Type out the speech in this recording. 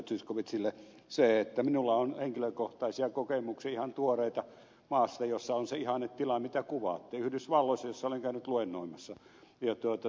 zyskowiczille se että minulla on henkilökohtaisia kokemuksia ihan tuoreita maasta jossa on se ihannetila mitä kuvaatte yhdysvalloista missä olen käynyt luennoimassa